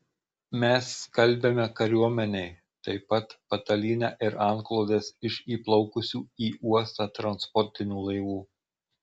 mes skalbiame kariuomenei taip pat patalynę ir antklodes iš įplaukusių į uostą transportinių laivų